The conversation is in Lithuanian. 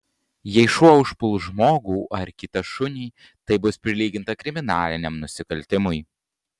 jei šuo užpuls žmogų ar kitą šunį tai bus prilyginta kriminaliniam nusikaltimui